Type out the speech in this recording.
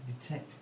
detect